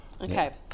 Okay